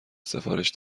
سفارش